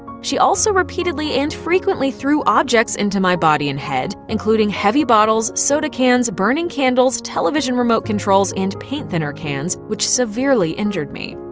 she also repeatedly and frequently threw objects into my body and head, including heavy bottles, soda cans, burning candles, television remote controls and paint thinner cans, which severely injured me.